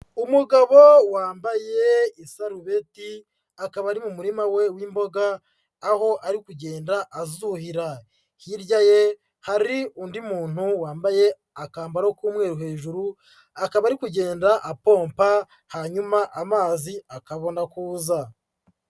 Umugabo wambaye isarubeti akaba ari mu murima we w'imboga aho ari kugenda azuhira, hirya ye hari undi muntu wambaye akambaro k'umweru hejuru, akaba ari kugenda apompa hanyuma amazi akabona kuza.